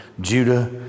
Judah